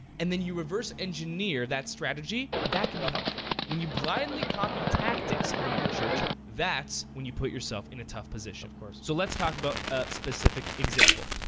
and then you reverse engineer that strategy, that can be helpful. when you blindly copy tactics of another church, that's when you put yourself in a tough position. of course. so let's talk about a specific example.